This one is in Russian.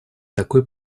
такой